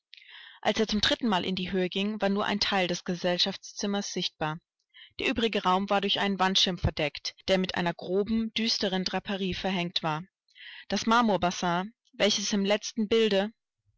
als er zum drittenmal in die höhe ging war nur ein teil des gesellschaftszimmers sichtbar der übrige raum war durch einen wandschirm verdeckt der mit einer groben düsteren draperie verhängt war das marmorbassin welches im letzten bilde